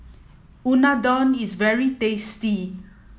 Unadon is very tasty